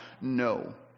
No